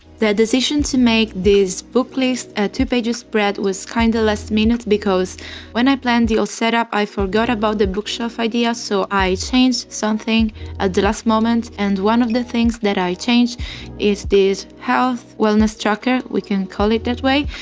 the decision to make this book list ah two pages spread was kinda kind of last minute, because when i planned the setup i forgot about the bookshelf idea so i changed something at the last moment, and one of the things that i changed is this health wellness tracker, we can call it that way.